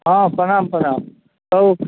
हँ प्रणाम प्रणाम कहू